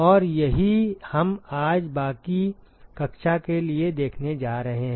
और यही हम आज बाकी कक्षा के लिए देखने जा रहे हैं